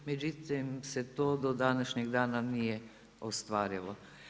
Međutim se to do današnjeg dana nije ostvarilo.